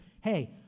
hey